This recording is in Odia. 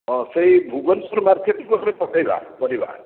ହଁ ସେଇ ଭୁବନେଶ୍ଵର ମାର୍କେଟ୍କୁ ଆମେ ପଳେଇବା ପରିବା